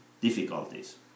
difficulties